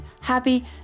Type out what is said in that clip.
happy